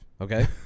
okay